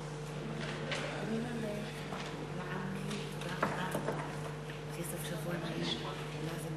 721, 731, 734, 747, 758, 763 ו-765.